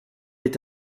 est